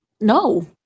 No